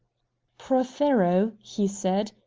prothero, he said,